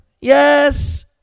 Yes